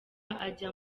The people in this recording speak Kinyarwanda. ajya